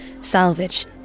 salvage